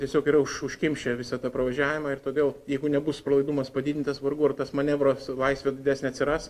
tiesiog yra užkimšę visą tą pravažiavimą ir todėl jeigu nebus pralaidumas padidintas vargu ar tas manevro laisvė didesnė atsiras